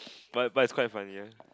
but but is quite funny uh